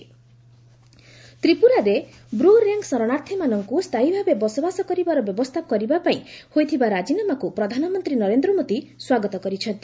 PM Bru ତ୍ରିପୁରାରେ ବ୍ର ରିଆଙ୍ଗ୍ ଶରଣାର୍ଥୀମାନଙ୍କୁ ସ୍ଥାୟୀ ଭାବେ ବସବାସ କରିବାର ବ୍ୟବସ୍ଥା କରିବାପାଇଁ ହୋଇଥିବା ରାଜିନାମାକୁ ପ୍ରଧାନମନ୍ତ୍ରୀ ନରେନ୍ଦ୍ର ମୋଦି ସ୍ୱାଗତ କରିଛନ୍ତି